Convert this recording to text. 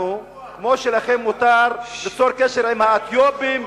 אנחנו, כמו שלכם מותר ליצור קשר עם האתיופים,